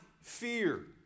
fear